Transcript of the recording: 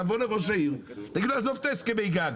תבוא לראש העיר, תגיד לו 'עזוב את הסכמי הגג,